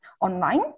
online